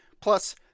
plus